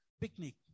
picnic